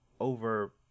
over